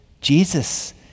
Jesus